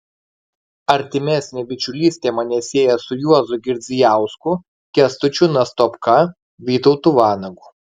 artimesnė bičiulystė mane sieja su juozu girdzijausku kęstučiu nastopka vytautu vanagu